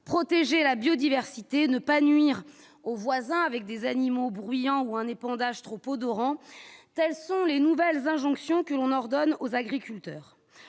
protéger la biodiversité ne pas nuire aux voisins avec des animaux bruyants ou un épandage trop odorant, telles sont les nouvelles injonctions que l'on ordonne aux agriculteurs